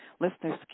listeners